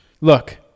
Look